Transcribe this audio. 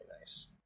nice